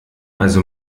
also